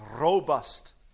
Robust